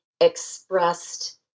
expressed